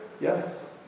Yes